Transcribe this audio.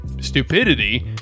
stupidity